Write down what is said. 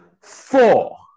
Four